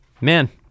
man